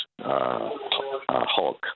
Hulk